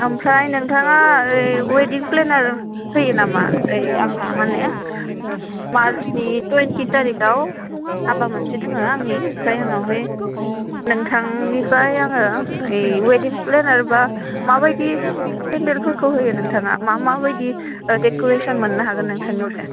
ओमफ्राय नोंथाङा a wedding planner होयो नामा ओइ आंहा मा होनो मार्चनि टुवेनटि थारिकआव हाबा मोनसे दोङो आंनि ओमफ्राय नोंथांनिफ्राय आङो बे अवेडिं प्लेनार बा माबायदि पेन्डेलफोरखौ होयो नोंथाङा मा मा बायदि डेक'रेसन मोननो हागोन नोंथांनिफ्राय